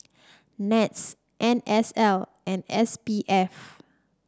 NETS N S L and S P F